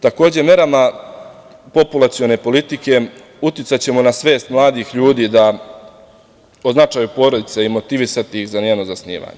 Takođe, merama populacione politike uticaćemo na svest mladih ljudi o značaju porodice i motivisati ih za njeno zasnivanje.